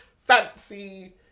fancy